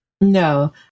no